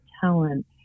talent